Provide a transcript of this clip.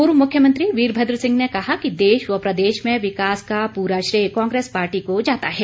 पूर्व मुख्यमंत्री वीरभद्र सिंह ने कहा कि देश व प्रदेश में विकास का पूरा श्रेय कांग्रेस पार्टी को जाता है